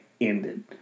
ended